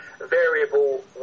variable